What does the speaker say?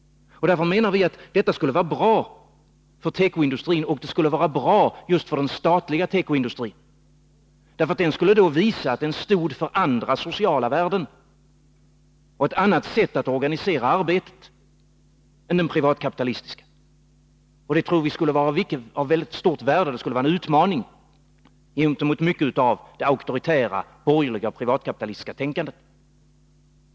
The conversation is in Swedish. Därför menar vi att detta skulle vara bra för tekoindustrin — och just för den statliga tekoindustrin. Den skulle då nämligen visa att den står för andra sociala värden och ett annat sätt att organisera arbetet än den privatkapitalistiska. Och vi tror att det skulle vara av mycket stort värde. Det skulle vara en utmaning gentemot mycket av det auktoritära, borgerliga och privatkapitalistiska tänkandet.